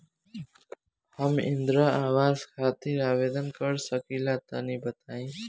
हम इंद्रा आवास खातिर आवेदन कर सकिला तनि बताई?